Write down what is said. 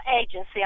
agency